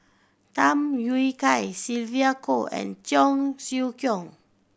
Tham Yui Kai Sylvia Kho and Cheong Siew Keong